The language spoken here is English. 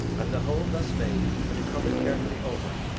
and the hole thus made to be covered carefully over,